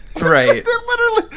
Right